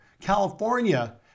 California